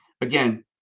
again